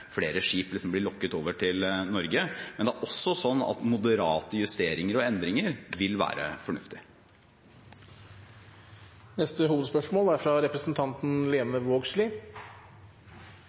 skip blir lokket over til Norge. Men moderate justeringer og endringer vil være fornuftig. Vi går videre til neste hovedspørsmål.